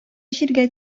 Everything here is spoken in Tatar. җиргә